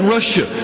Russia